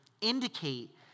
indicate